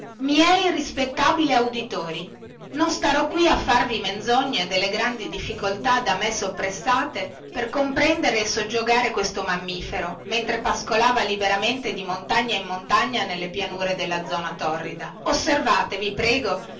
miei rispettabili auditori non starò qui a farvi menzogne delle grandi difficoltà da me soppressate per comprendere e soggiogare questo mammifero mentre pascolava liberamente di montagna in montagna nelle pianure della zona torrida osservate vi prego